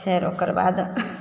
फेर ओकर बाद